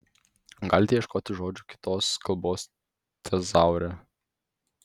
galite ieškoti žodžių kitos kalbos tezaure